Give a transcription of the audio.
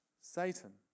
Satan